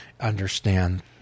understand